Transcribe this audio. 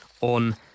on